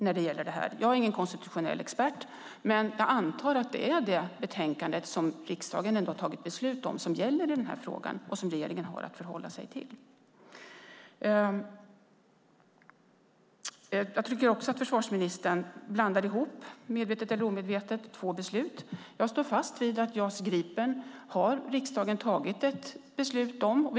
Jag är ingen konstitutionell expert, men jag antar att det är det betänkande som riksdagen har fattat beslut om som gäller i frågan och som regeringen har att förhålla sig till. Försvarsministern blandar ihop - medvetet eller omedvetet - två beslut. Jag står fast vid att riksdagen har fattat beslut om JAS Gripen.